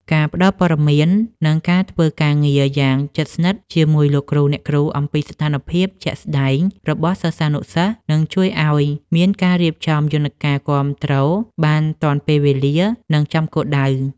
ការផ្ដល់ព័ត៌មាន និងការធ្វើការងារយ៉ាងជិតស្និទ្ធជាមួយលោកគ្រូអ្នកគ្រូអំពីស្ថានភាពជាក់ស្តែងរបស់សិស្សានុសិស្ស នឹងជួយឱ្យមានការរៀបចំយន្តការគាំទ្របានទាន់ពេលវេលា និងចំគោលដៅ។